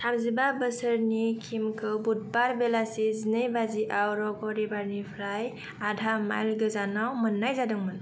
थामजिबा बोसोरनि किमखौ बुधबार बेलासे जिनै बाजिआव र'ग रिभारनिफ्राय आदा माइल गोजानाव मोननाय जादोंमोन